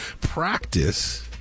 Practice